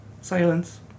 Silence